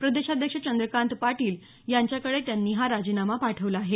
प्रदेशाध्यक्ष चंद्रकांत पाटील यांच्याकडे त्यांनी हा राजीनामा पाठवला आहे